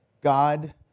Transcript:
God